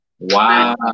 Wow